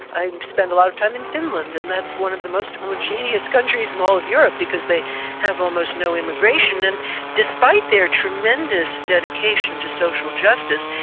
i've spent a lot of time in finland. and that's one of the most homogeneous countries in all of europe because they have almost no immigration. and despite their tremendous dedication to social justice,